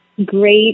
great